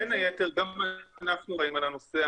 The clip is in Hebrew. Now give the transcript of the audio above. בין היתר גם אנחנו אחראים על הנושא,